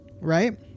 right